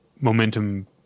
momentum